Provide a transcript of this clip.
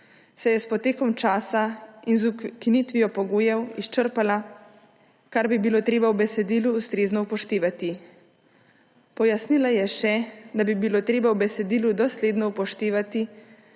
se je s potekom časa in z ukinitvijo pogojev izčrpala, kar bi bilo treba v besedilu ustrezno upoštevati. Pojasnila je še, da bi bilo treba v besedilu dosledno upoštevati,